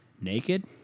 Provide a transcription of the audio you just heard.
naked